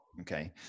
okay